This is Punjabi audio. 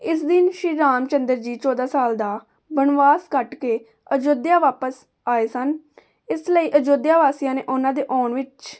ਇਸ ਦਿਨ ਸ਼੍ਰੀ ਰਾਮ ਚੰਦਰ ਜੀ ਚੌਦਾਂ ਸਾਲ ਦਾ ਬਣਵਾਸ ਕੱਟ ਕੇ ਅਯੋਧਿਆ ਵਾਪਸ ਆਏ ਸਨ ਇਸ ਲਈ ਅਯੋਧਿਆ ਵਾਸੀਆਂ ਨੇ ਉਹਨਾਂ ਦੇ ਆਉਣ ਵਿੱਚ